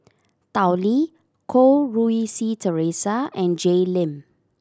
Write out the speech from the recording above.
Tao Li Goh Rui Si Theresa and Jay Lim